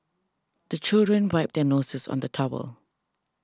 the children wipe their noses on the towel